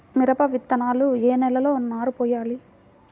మిరప విత్తనాలు ఏ నెలలో నారు పోయాలి?